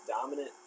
dominant